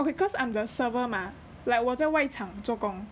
okay cause I'm the server mah like 我在外场做工